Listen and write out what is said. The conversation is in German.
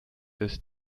des